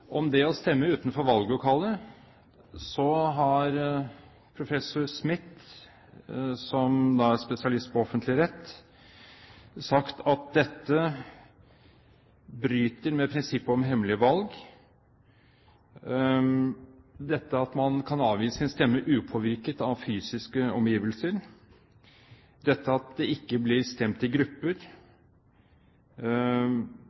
har professor Eivind Smith, som er spesialist på offentlig rett, sagt at det bryter med prinsippet om hemmelig valg. At man kan avgi sin stemme upåvirket av fysiske omgivelser, at det blir stemt i grupper